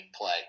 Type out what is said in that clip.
play